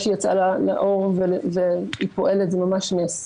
שהיא יצאה לאור והיא פועלת היא ממש נס.